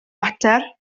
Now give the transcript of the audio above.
mater